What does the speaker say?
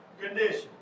condition